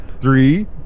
three